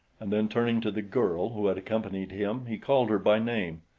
and then turning to the girl who had accompanied him he called her by name.